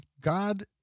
God